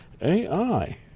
AI